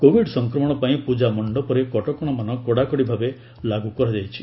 covid ସଂକ୍ରମଣ ପାଇଁ ପୂଜା ମଣ୍ଡପରେ କଟକଣାମାନ କଡ଼ାକଡ଼ି ଭାବେ ଲାଗୁ କରାଯାଇଛି